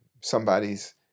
Somebody's